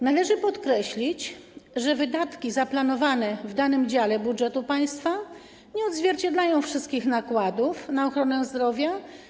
Należy podkreślić, że wydatki zaplanowane w tym dziale budżetu państwa nie odzwierciedlają wszystkich nakładów na ochronę zdrowia.